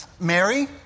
Mary